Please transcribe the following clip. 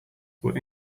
were